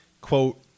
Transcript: quote